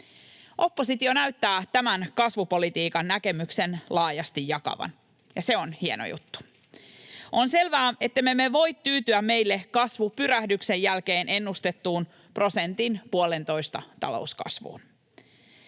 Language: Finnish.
Oppositio näyttää tämän kasvupolitiikan näkemyksen laajasti jakavan, ja se on hieno juttu. On selvää, ettemme voi tyytyä meille kasvupyrähdyksen jälkeen ennustettuun prosentin puolentoista talouskasvuun.